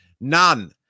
None